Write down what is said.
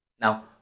Now